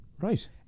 Right